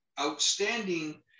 outstanding